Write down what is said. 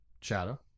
Shadow